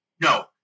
No